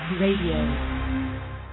Radio